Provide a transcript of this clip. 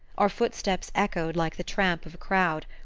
our footsteps echoed like the tramp of a crowd,